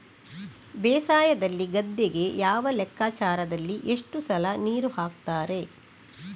ಬೇಸಾಯದಲ್ಲಿ ಗದ್ದೆಗೆ ಯಾವ ಲೆಕ್ಕಾಚಾರದಲ್ಲಿ ಎಷ್ಟು ಸಲ ನೀರು ಹಾಕ್ತರೆ?